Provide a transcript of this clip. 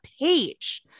page